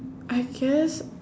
I guess